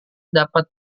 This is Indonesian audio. dapat